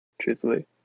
truthfully